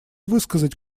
высказать